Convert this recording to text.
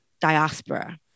diaspora